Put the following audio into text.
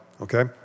okay